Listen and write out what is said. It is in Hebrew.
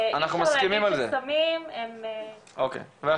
שאי אפשר להגיד שסמים הם --- לא,